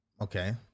okay